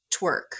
twerk